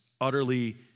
utterly